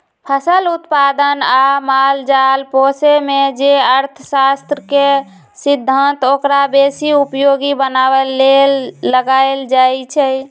फसल उत्पादन आ माल जाल पोशेमे जे अर्थशास्त्र के सिद्धांत ओकरा बेशी उपयोगी बनाबे लेल लगाएल जाइ छइ